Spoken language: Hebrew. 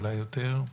אולי יותר.